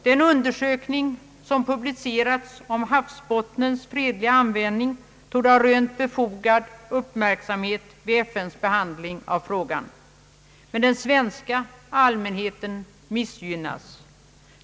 Den undersökning som publicerats om havsbottnens fredliga användning torde ha rönt befogad uppmärksamhet vid FN:s behandling av frågan. Men den svenska allmänheten missgynnas.